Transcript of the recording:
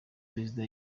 perezida